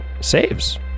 saves